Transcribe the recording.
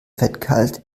fettgehalt